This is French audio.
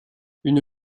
une